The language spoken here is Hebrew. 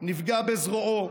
נפגע בזרועו.